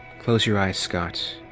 close your eyes, scott.